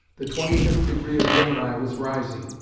the twenty fifth degree of gemini was rising,